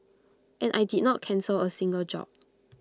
and I did not cancel A single job